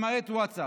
למעט ווטסאפ.